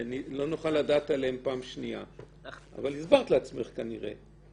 אבל הסברת לעצמך, כנראה.